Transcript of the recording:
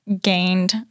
gained